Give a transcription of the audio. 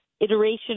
iteration